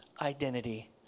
identity